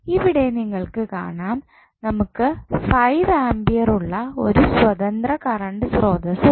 ഇവിടെ നിങ്ങൾക്ക് കാണാം നമുക്ക് ഫൈവ് ആമ്പിയർ ഉള്ള ഒരു സ്വതന്ത്ര കറണ്ട് സ്രോതസ്സ് ഉണ്ട്